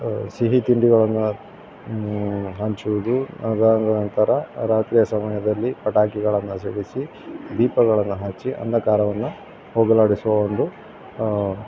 ಸಿಹಿ ತಿಂಡಿಗಳನ್ನು ಹಂಚುವುದು ಅದಾದ ನಂತರ ರಾತ್ರಿಯ ಸಮಯದಲ್ಲಿ ಪಟಾಕಿಗಳನ್ನು ಸಿಡಿಸಿ ದೀಪಗಳನ್ನು ಹಚ್ಚಿ ಅಂಧಕಾರವನ್ನು ಹೋಗಲಾಡಿಸುವ ಒಂದು